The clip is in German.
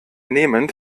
nehmend